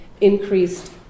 increased